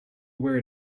where